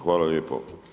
Hvala lijepo.